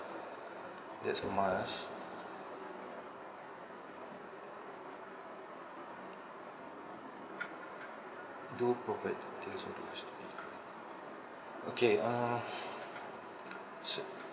that's a must do property okay uh